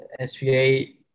SVA